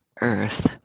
earth